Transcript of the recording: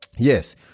Yes